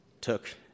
took